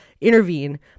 Intervene